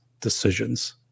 decisions